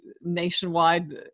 nationwide